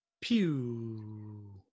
pew